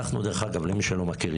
למי שלא מכיר,